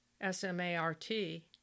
S-M-A-R-T